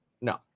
No